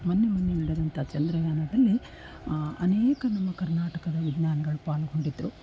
ಮೊನ್ನೆ ಮೊನ್ನೆ ನಡೆದಂತಹ ಚಂದ್ರಯಾನದಲ್ಲಿ ಅನೇಕ ನಮ್ಮ ಕರ್ನಾಟಕದ ವಿಜ್ಞಾನಿಗಳು ಪಾಲ್ಗೊಂಡಿದ್ದರು